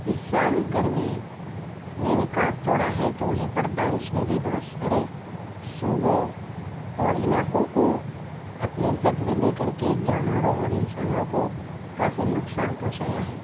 اس سال گرمی نے ریکاڈ توڑا ہے تو وہیں پر بارش نے بھی بہت سارے صوبوں اور علاقوں کو اپنی زد میں لے کر کے جانوروں اور انسانوں کو کافی نقصان پہنچایا ہے